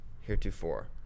heretofore